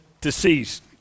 deceased